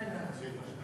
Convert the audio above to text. בן-דהן.